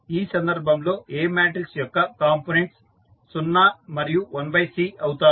ఈ సందర్భంలో A matrix యొక్క కాంపోనెంట్స్ 0 మరియు 1Cఅవుతాయి